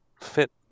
fit